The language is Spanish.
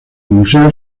museo